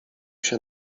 się